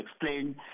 explain